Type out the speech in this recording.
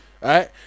Right